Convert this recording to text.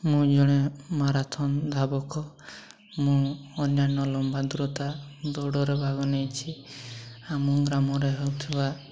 ମୁଁ ଜଣେ ମାରାଥନ୍ ଧାବକ ମୁଁ ଅନ୍ୟାନ୍ୟ ଲମ୍ବା ଦୂରତା ଦୌଡ଼ରେ ଭାଗ ନେଇଛି ଆମ ଗ୍ରାମରେ ହେଉଥିବା